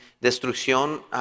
destrucción